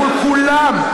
מול כולם,